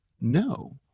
No